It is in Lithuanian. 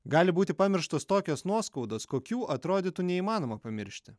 gali būti pamirštos tokios nuoskaudos kokių atrodytų neįmanoma pamiršti